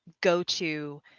go-to